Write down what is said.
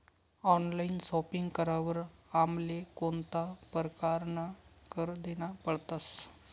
Online shopping करावर आमले कोणता परकारना कर देना पडतस?